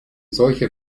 solche